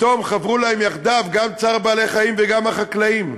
פתאום חברו להם יחדיו גם "צער בעלי-חיים" וגם החקלאים,